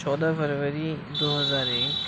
چودہ فروری دو ہزار ایک